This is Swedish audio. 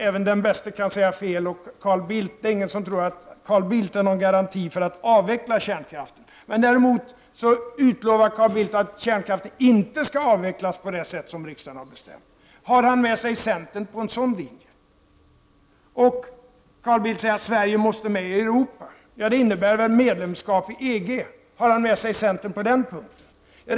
Även den bäste kan säga fel, och det är ingen som tror att Carl Bildt är någon garanti för en avveckling av kärnkraften. Däremot utlovar Carl Bildt att kärnkraften inte skall avvecklas på det sätt som riksdagen har bestämt. Har han med sig centern på en sådan linje? Carl Bildt säger att Sverige måste vara med i Europa. Det innebär väl medlemskap i EG? Har han med sig centern på den punkten?